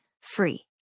free